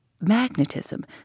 Magnetism